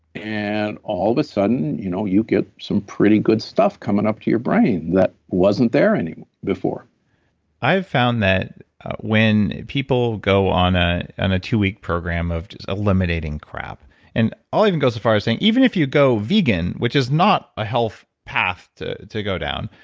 and all of a sudden, you know you get some pretty good stuff coming up to your brain that wasn't there and before i've found that when people go on ah and a two week program of just eliminating crap and i'll even go so far as saying, even if you go vegan, which is not a health path to to go down,